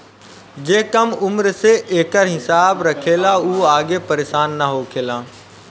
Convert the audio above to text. जे कम उम्र से एकर हिसाब रखेला उ आगे परेसान ना होखेला